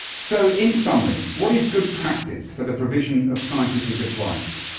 so in summary, what is good practice for the provision of scientific advice?